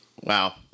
wow